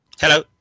Hello